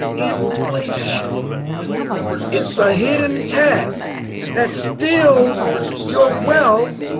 inflation it's the hidden tax that steals your wealth